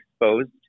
exposed